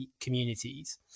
communities